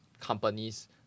companies